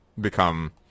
become